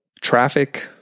traffic